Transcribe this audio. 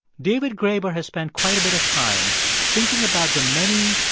david graeber has spent quite a bit of time thinking about the many,